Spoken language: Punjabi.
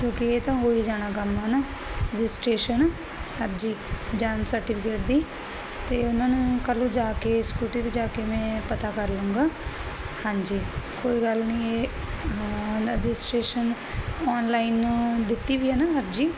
ਕਿਉਂਕੀ ਇਹ ਤਾਂ ਹੋਈ ਜਾਣਾ ਕੰਮ ਹਨਾ ਰਜਿਸਟਰੇਸ਼ਨ ਅਰਜੀ ਜਨਮ ਸਰਟੀਫਿਕੇਟ ਦੀ ਤੇ ਉਹਨਾਂ ਨੂੰ ਕੱਲ ਨੂੰ ਜਾ ਕੇ ਸਕੂਟੀ ਪਰ ਜਾ ਕੇ ਮੈਂ ਪਤਾ ਕਰ ਲਊਂਗਾ ਹਾਂਜੀ ਕੋਈ ਗੱਲ ਨਹੀਂ ਇਹ ਹਾਂ ਰਜਿਸਟਰੇਸ਼ਨ ਆਨਲਾਈਨ ਦਿੱਤੀ ਵੀ ਹੈ ਨਾ ਅਰਜੀ